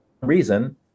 reason